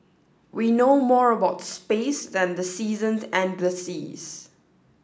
we know more about space than the seasons and the seas